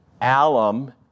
alum